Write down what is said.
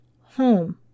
home